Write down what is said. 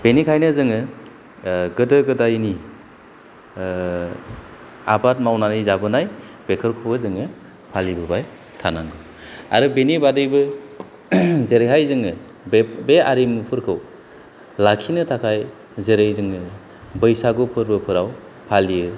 बेनिखायनो जोङो गोदो गोदायनि आबाद मावनानै जाबोनाय बेफोरखौबो जोङो फालिबोबाय थानांगौ आरो बेनि बादैबो जेरैहाय जोङो बे आरिमुफोरखौ लाखिनो थाखाय जेरै जोंङो बैसागु फोरबोफोराव फालियो